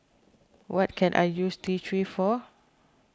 what can I use T three for